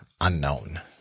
Unknown